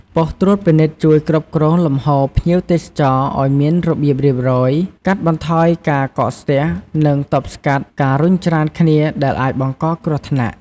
បុស្តិ៍ត្រួតពិនិត្យជួយគ្រប់គ្រងលំហូរភ្ញៀវទេសចរណ៍ឲ្យមានរបៀបរៀបរយ កាត់បន្ថយការកកស្ទះនិងទប់ស្កាត់ការរុញច្រានគ្នាដែលអាចបង្កគ្រោះថ្នាក់។